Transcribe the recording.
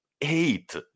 eight